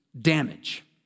damage